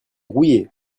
rouillés